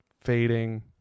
fading